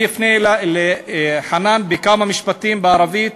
אני אפנה לחנאן בכמה משפטים בערבית: